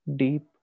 deep